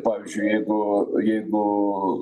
pavyzdžiui jeigu jeigu